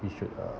we should uh